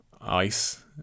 Ice